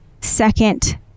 second